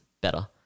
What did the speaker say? better